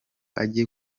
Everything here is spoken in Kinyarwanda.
ajye